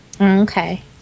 okay